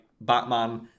Batman